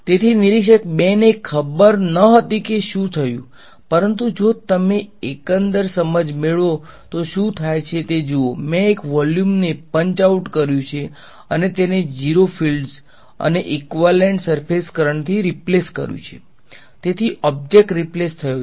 તેથી નિરીક્ષક ૨ ને ખબર ન હતી કે શું થયું પરંતુ જો તમે એકંદર સમજ મેળવો તો શું થાય છે તે જુઓ મેં એક વોલ્યુમ ને પંચ આઉટ કર્યુ છે અને તેને 0 ફિલ્ડ્સ અને ઈક્વાલેંટ સર્ફેસ કરંટ થી રીપ્લેસ ક્રયુ છે તેથી ઓબ્જેક્ટ રીપ્લેસ થયો છે